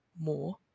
more